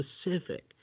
specific